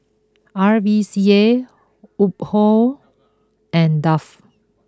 R V C A Woh Hup and Dove